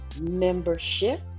membership